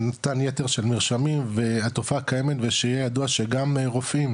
מתן ייתר של מרשמים והתופעה קיימת וידוע שגם רופאים,